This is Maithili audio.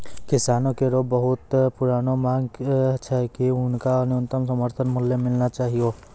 किसानो केरो बहुत पुरानो मांग छै कि हुनका न्यूनतम समर्थन मूल्य मिलना चाहियो